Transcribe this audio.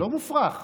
לא מופרך.